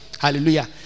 hallelujah